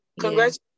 Congrats